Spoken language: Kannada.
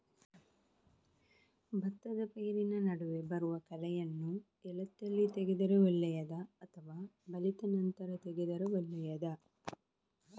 ಭತ್ತದ ಪೈರಿನ ನಡುವೆ ಬರುವ ಕಳೆಯನ್ನು ಎಳತ್ತಲ್ಲಿ ತೆಗೆದರೆ ಒಳ್ಳೆಯದಾ ಅಥವಾ ಬಲಿತ ನಂತರ ತೆಗೆದರೆ ಒಳ್ಳೆಯದಾ?